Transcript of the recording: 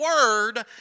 word